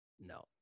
No